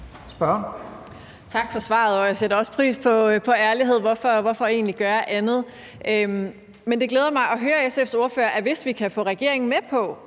Tak for svaret. Jeg sætter også pris på ærlighed, og hvorfor egentlig gøre andet? Men det glæder mig at høre på SF's ordfører, at det, hvis vi kan få regeringen med på,